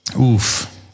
Oof